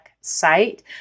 site